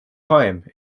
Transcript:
time